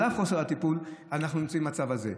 על אף חוסר הטיפול אנחנו נמצאים במצב הזה.